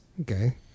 Okay